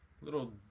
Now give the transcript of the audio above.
little